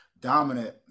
dominant